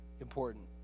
important